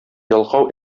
ялкау